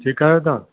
ठीकु आहियो तव्हां